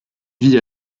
vit